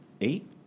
eight